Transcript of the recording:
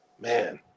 Man